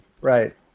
Right